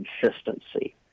consistency